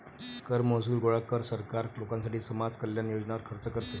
कर महसूल गोळा कर, सरकार लोकांसाठी समाज कल्याण योजनांवर खर्च करते